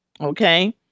Okay